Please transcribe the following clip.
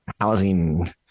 housing